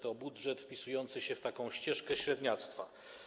To budżet wpisujący się w ścieżkę średniactwa.